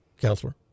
Counselor